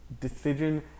decision